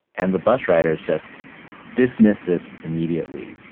and the bus riders just dismiss this immediately,